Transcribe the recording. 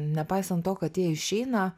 nepaisant to kad jie išeina